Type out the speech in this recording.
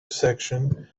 section